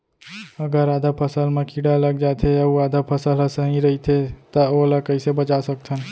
अगर आधा फसल म कीड़ा लग जाथे अऊ आधा फसल ह सही रइथे त ओला कइसे बचा सकथन?